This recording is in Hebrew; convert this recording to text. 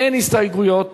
אין הסתייגויות